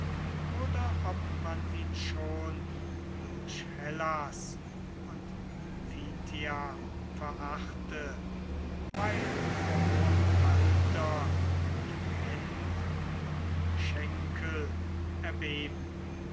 oder ob man ihn schon durch hellas und phtia verachte weil vor hohem alter ihm händ und schenkel erbeben